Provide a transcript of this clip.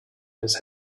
his